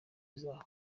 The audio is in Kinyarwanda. zabo